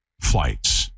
flights